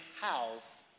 house